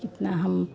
कितना हम